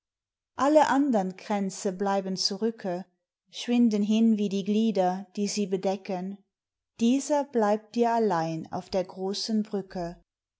alle andern kränze bleiben zurücke schwinden hin wie die glieder die sie bedecken dieser bleibt dir allein auf der großen brücke hält